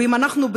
ואם אנחנו,